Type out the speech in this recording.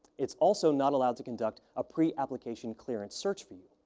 it's also not allowed to conduct a pre-application clearance search for you.